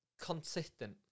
consistent